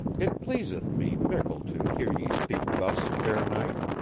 it pleaseth me mickle to hear ye speak thus, fair knight.